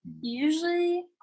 usually